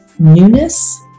newness